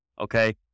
Okay